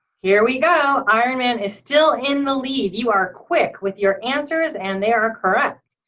here we go, ironman is still in the lead. you are quick with your answers and they are correct.